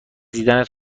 دیدنت